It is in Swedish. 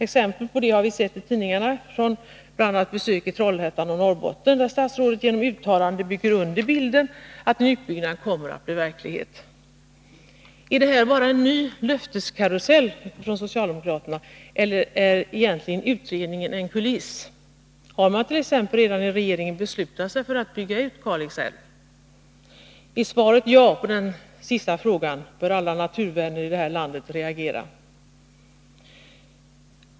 Exempel på detta har vi sett i tidningarna, bl.a. från besök i Trollhättan och Norrbotten, där statsrådet genom uttalande bygger under bilden att en utbyggnad kommer att bli verklighet. Är detta bara en ny löfteskarusell från socialdemokraterna, eller är utredningen egentligen en kuliss? Har man t.ex. redan i regeringen beslutat sig för att bygga ut Kalix älv? Är svaret ja på den senaste frågan, bör alla naturvänner i det här landet reagera.